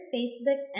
Facebook